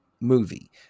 Movie